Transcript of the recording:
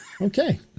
Okay